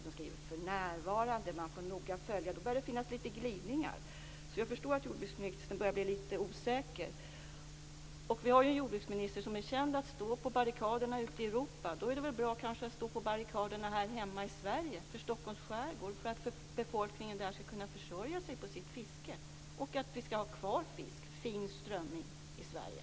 Hon skriver För närvarande. Man får noga följa. Då börjar det finnas lite glidningar. Jag förstår därför att jordbruksministern börjar bli lite osäker. Och vi har ju en jordbruksminister som är känd för att stå på barrikaderna ute i Europa. Då vore det väl bra om hon stod på barrikaderna här hemma i Sverige för Stockholms skärgård och för att befolkningen där skall kunna försörja sig på sitt fiske och för att vi skall ha kvar fisk, fin strömming i Sverige.